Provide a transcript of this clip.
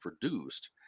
produced